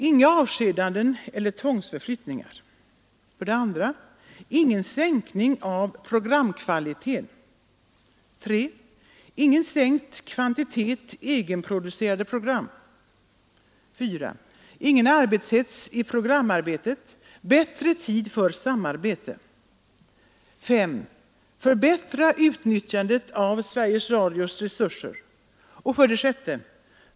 Inga avskedanden eller tvångsförflyttningar Ingen sänkning av programkvaliteten Ingen sänkt kvantitet egenproducerade program Ingen arbetshets i programarbetet — bättre tid för samarbete Förbättra utnyttjandet av SR:s resurser 6.